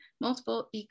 multiple